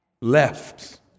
left